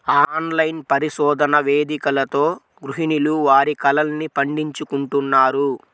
online పరిశోధన వేదికలతో గృహిణులు వారి కలల్ని పండించుకుంటున్నారు